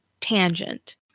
tangent